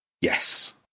Yes